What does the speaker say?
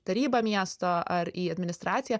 tarybą miesto ar į administraciją